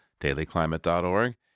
dailyclimate.org